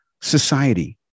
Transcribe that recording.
society